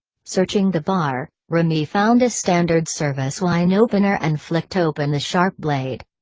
searching the bar, remy found a standard service wine-opener and flicked open the sharp blade.